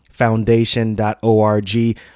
foundation.org